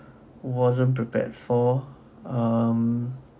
wasn't prepared for um